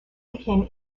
became